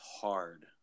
hard